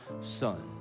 son